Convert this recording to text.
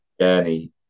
journey